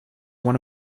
one